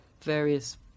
various